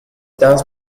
dance